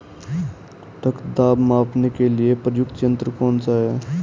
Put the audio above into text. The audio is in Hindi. रक्त दाब मापने के लिए प्रयुक्त यंत्र कौन सा है?